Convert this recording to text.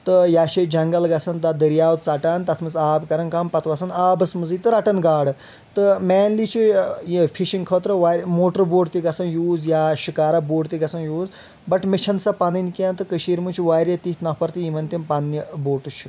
تہٕ یا چھِ أسۍ جنگل گژھان تتھ دٔریاو ژٹان تتھ منٛز آب کران کم پتہٕ وسان آبس منٛزے تہٕ رٹان گاڈٕ تہٕ مینلی چھُ یہِ یہِ فشنٛگ خٲطرٕ واریاہ موٹر بوٹ تہِ گژھان یوٗز یا شکارا بوٹ تہِ گژھان یوٗز بٹ مےٚ چھِنہٕ سۄ پنٕنۍ کینٛہہ تہٕ کٔشیٖرِ منٛز چھِ واریاہ تِتھۍ نفر تہِ یِمن تِم پننہِ بوٹہٕ چھِ